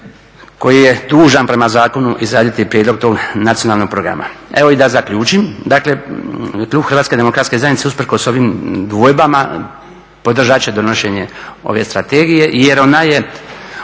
koji je dužan prema zakonu izraditi prijedlog tog Nacionalnog programa. Evo i da zaključim. Dakle, klub Hrvatske demokratske zajednice usprkos ovim dvojbama podržat će donošenje ove strategije, jer ona je